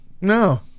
No